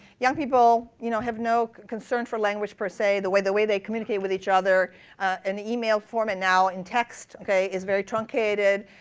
young people you know have no concern for language, per se. the way the way they communicate with each other and the email format now in text is very truncated,